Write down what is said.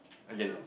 okay